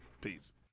Peace